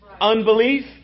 unbelief